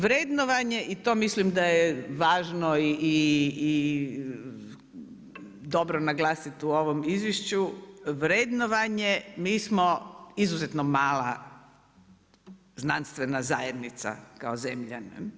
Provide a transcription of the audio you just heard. Vrednovanje i to mislim da je važno i dobro naglasiti u ovom izvješću, vrednovanje, mi smo izuzetno mala znanstvena zajednica kao zemlja.